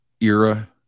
era